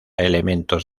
elementos